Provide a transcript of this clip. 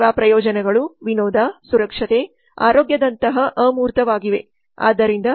ಸೇವಾ ಪ್ರಯೋಜನಗಳು ವಿನೋದ ಸುರಕ್ಷತೆ ಆರೋಗ್ಯದಂತಹ ಅಮೂರ್ತವಾಗಿದೆ